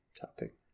topic